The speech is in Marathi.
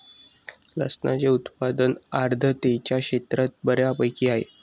लसणाचे उत्पादन आर्द्रतेच्या क्षेत्रात बऱ्यापैकी आहे